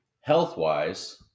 health-wise